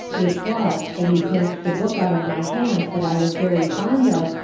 which was, that he snatched a book out of my hand that i was very fond of,